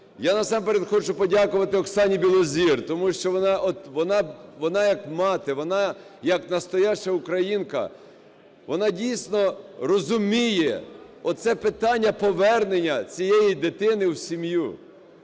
Я насамперед хочу подякувати Оксані Білозір, тому що вона, як мати, як настояща українка, вона дійсно розуміє це питання повернення цієї дитини в сім'ю.